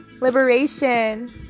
liberation